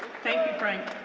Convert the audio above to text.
thank you, frank.